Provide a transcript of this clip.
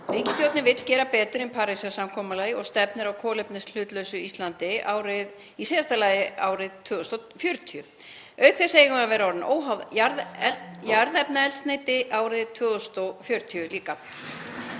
Ríkisstjórnin vill gera betur en Parísarsamkomulagið og stefnir að kolefnishlutlausu Íslandi í síðasta lagi árið 2040. Auk þess eigum við að vera orðin óháð jarðefnaeldsneyti árið 2050.